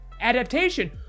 adaptation